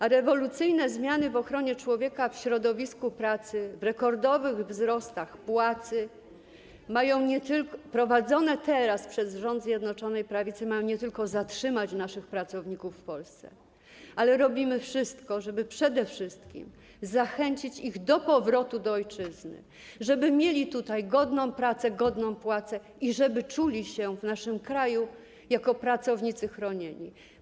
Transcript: A rewolucyjne zmiany w ochronie człowieka w środowisku pracy, przy rekordowych wzrostach płacy, wprowadzane teraz przez rząd Zjednoczonej Prawicy, nie tylko mają zatrzymać naszych pracowników w Polsce, ale też robimy wszystko, żeby przede wszystkim zachęcić ich do powrotu do ojczyzny, żeby mieli tutaj godną pracę, godną płacę i żeby czuli się w naszym kraju jak pracownicy chronieni.